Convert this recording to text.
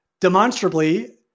demonstrably